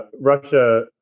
Russia